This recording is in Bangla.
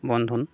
বন্ধন